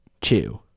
two